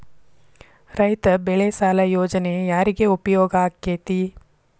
ರೈತ ಬೆಳೆ ಸಾಲ ಯೋಜನೆ ಯಾರಿಗೆ ಉಪಯೋಗ ಆಕ್ಕೆತಿ?